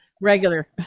regular